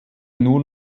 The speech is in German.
nur